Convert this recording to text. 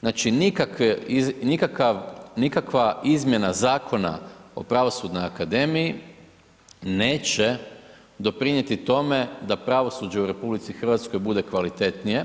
Znači, nikakva izmjena Zakona o pravosudnoj akademiji neće doprinijeti tome da pravosuđe u RH bude kvalitetnije,